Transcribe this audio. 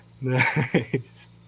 Nice